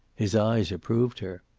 his eyes approved her.